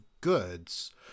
goods